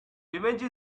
revenge